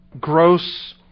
Gross